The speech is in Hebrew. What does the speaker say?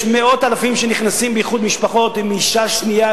יש מאות אלפים שנכנסים באיחוד משפחות עם אשה שנייה,